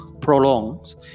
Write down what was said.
prolongs